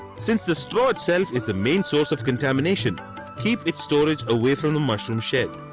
since the straw, itself is the main source of contamination keep its storage away from the mushroom shed.